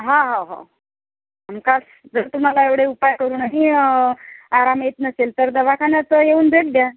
हां हां हो आणि का जर तुम्हाला एवढे उपाय करूनही आराम येत नसेल तर दवाखान्यात येऊन भेट द्या